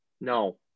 No